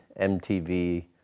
MTV